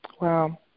Wow